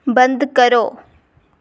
बंद करो